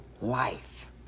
life